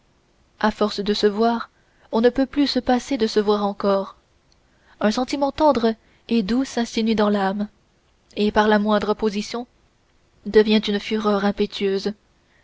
à force de se voir on ne peut plus se passer de se voir encore un sentiment tendre et doux s'insinue dans l'âme et par la moindre opposition devient une fureur impétueuse